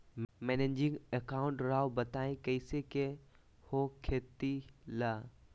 Managing account राव बताएं कैसे के हो खेती ला?